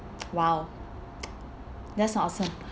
!wow! that's awesome